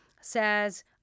says